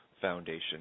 foundation